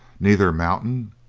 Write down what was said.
neither mountain,